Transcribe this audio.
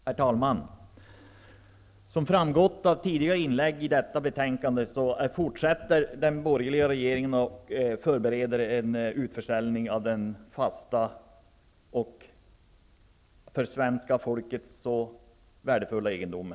Herr talman! Som framgått av tidigare inlägg i den här debatten, fortsätter den borgerliga regeringen att förbereda utförsäljning av för svenska folket så värdefull fast egendom.